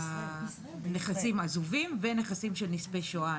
נכסים עזובים ונכסים של נספי שואה.